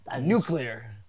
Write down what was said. nuclear